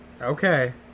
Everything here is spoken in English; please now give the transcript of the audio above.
Okay